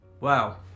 Wow